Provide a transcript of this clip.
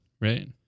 Right